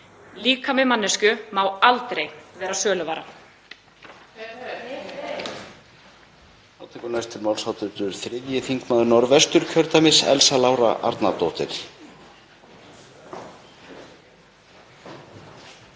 Líkami manneskju má aldrei vera söluvara.